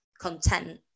content